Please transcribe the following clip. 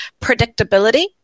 predictability